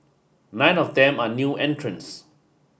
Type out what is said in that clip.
nine of them are new entrants